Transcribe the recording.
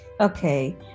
Okay